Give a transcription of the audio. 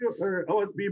OSB